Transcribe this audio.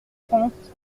trente